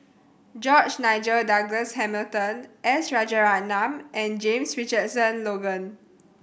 George Nigel Douglas Hamilton S Rajaratnam and James Richardson Logan